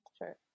Sure